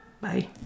Bye